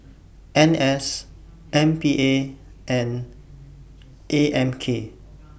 N S M P A and A M K